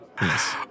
Yes